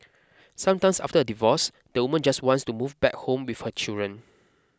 sometimes after a divorce the woman just wants to move back home with her children